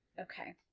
Okay